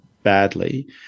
badly